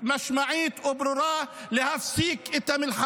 אין צומת בארץ שאין